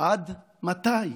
עד מתי?